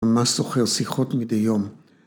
‫ממש זוכר, שיחות מדי יום.